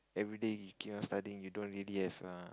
everyday you keep on studying you don't really have a